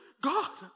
God